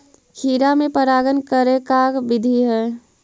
खिरा मे परागण करे के का बिधि है?